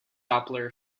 doppler